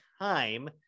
time